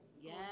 Yes